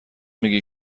میگی